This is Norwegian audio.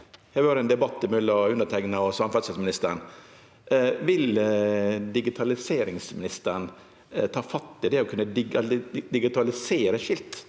har vore ein debatt mellom underteikna og samferdselsministeren. Vil digitaliseringsministeren ta fatt på å kunne digitalisere skilt?